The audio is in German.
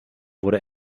wurde